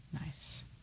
Nice